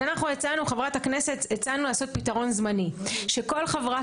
אז הצענו לעשות פתרון זמני: שכל חברת